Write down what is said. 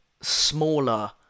smaller